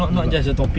tul juga